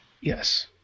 Yes